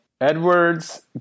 Edwards